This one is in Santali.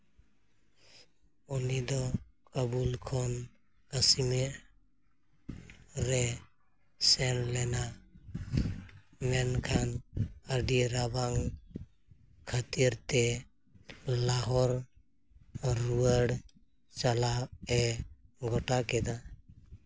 ᱩᱱᱤ ᱫᱚ ᱠᱟᱹᱵᱩᱞ ᱠᱷᱚᱱ ᱠᱟᱥᱢᱤᱨ ᱨᱮ ᱥᱮᱱ ᱞᱮᱱᱟ ᱢᱮᱱᱠᱷᱟᱱ ᱟᱹᱰᱤ ᱨᱟᱵᱟᱝ ᱠᱷᱟᱹᱛᱤᱨ ᱛᱮ ᱞᱟᱦᱚᱨ ᱨᱩᱣᱟᱹᱲ ᱪᱟᱞᱟᱜᱼᱮ ᱜᱚᱴᱟ ᱠᱮᱫᱟ